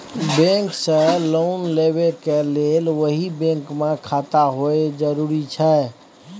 Bank से loan लेबै के लेल वही बैंक मे खाता होय जरुरी छै?